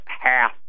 half